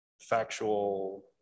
factual